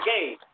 game